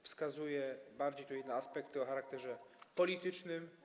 Wskazuję tu bardziej inne aspekty o charakterze politycznym.